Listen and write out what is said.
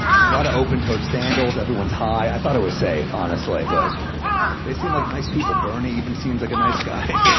lot of open-toed sandals, everyone's high. i thought it was safe, honestly, but they seem like nice people. bernie even seems like a nice guy.